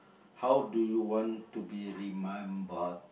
how do you want to be remembered